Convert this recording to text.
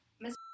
Miss